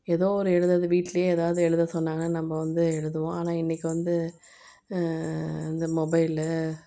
எதோ ஒரு எழுதுறது வீட்லையே எதாவது எழுத சொன்னாங்கன்னா நம்ப வந்து எழுதுவோம் ஆனால் இன்னைக்கு வந்து இந்த மொபைலு